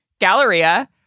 Galleria